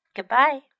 Goodbye